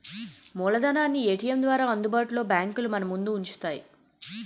మూలధనాన్ని ఏటీఎం ద్వారా అందుబాటులో బ్యాంకులు మనముందు ఉంచుతాయి